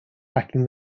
backing